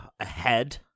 ahead